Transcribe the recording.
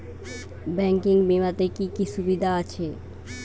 Banking বিমাতে কি কি সুবিধা আছে?